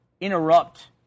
interrupt